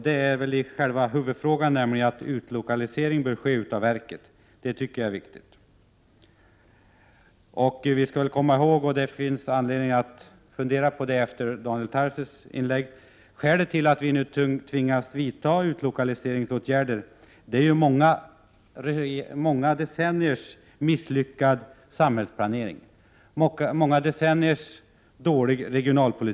Det gäller själva huvudfrågan, nämligen att en utlokalisering av verket bör ske. Detta tycker jag är riktigt. Det finns anledning — inte minst efter Daniel Tarschys inlägg — att fundera över vad som är skälet till att vi nu tvingas ta till utlokaliseringsåtgärder. Det är många decenniers misslyckad samhällsplanering och regionalpolitik som ligger bakom.